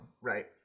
right